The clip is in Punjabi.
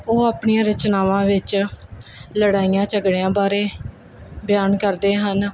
ਉਹ ਆਪਣੀਆਂ ਰਚਨਾਵਾਂ ਵਿੱਚ ਲੜਾਈਆਂ ਝਗੜਿਆਂ ਬਾਰੇ ਬਿਆਨ ਕਰਦੇ ਹਨ